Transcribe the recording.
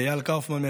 לאיל קופמן,